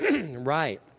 right